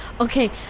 Okay